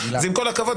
זה עם כל הכבוד,